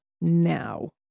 now